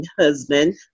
husband